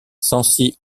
sancy